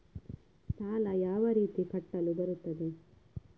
ಸಾಲ ಯಾವ ರೀತಿ ಕಟ್ಟಲು ಬರುತ್ತದೆ?